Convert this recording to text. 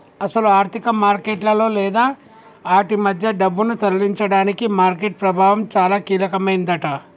అసలు ఆర్థిక మార్కెట్లలో లేదా ఆటి మధ్య డబ్బును తరలించడానికి మార్కెట్ ప్రభావం చాలా కీలకమైందట